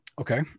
Okay